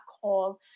call